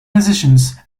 musicians